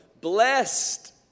blessed